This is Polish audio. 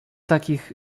takich